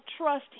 trust